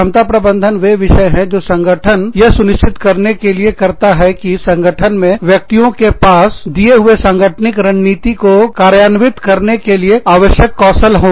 क्षमता प्रबंधन वे विजय हैं जो संगठन यह सुनिश्चित करने के लिए करता है कि संगठन में व्यक्तियों के पास दिए हुए सांगठनिक रणनीति को कार्यान्वित करने के लिए आवश्यक कौशल हो